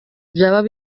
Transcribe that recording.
byari